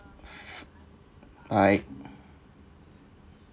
alright